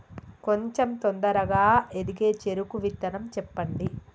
కొంచం తొందరగా ఎదిగే చెరుకు విత్తనం చెప్పండి?